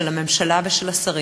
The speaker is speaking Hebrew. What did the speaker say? של הממשלה ושל השרים,